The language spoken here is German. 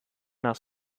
nach